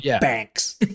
banks